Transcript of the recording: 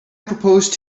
proposed